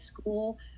school